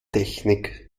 technik